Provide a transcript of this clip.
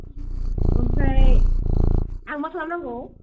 ओमफ्राय आं मा खालामनांगौ